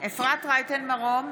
אפרת רייטן מרום,